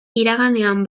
iraganean